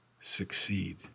succeed